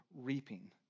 reaping